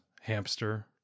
hamster